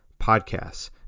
podcasts